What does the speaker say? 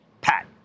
Pat